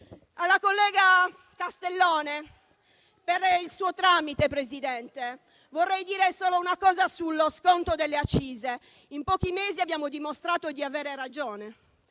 Alla collega Castellone, per il suo tramite, signor Presidente, vorrei dire solo una cosa sullo sconto delle accise. In pochi mesi abbiamo dimostrato di avere ragione.